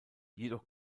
jedoch